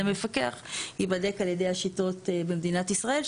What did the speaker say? מפקח ייבדק על ידי השיטות במדינת ישראל,